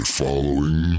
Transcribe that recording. following